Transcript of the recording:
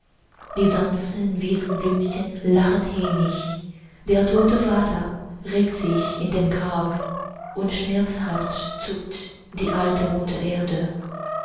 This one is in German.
die sanften wiesenblümchen lachen hämisch der tote vater regt sich in dem grab und schmerzhaft zuckt die alte